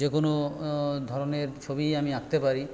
যে কোনো ধরণের ছবিই আমি আঁকতে পারি